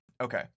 okay